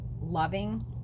loving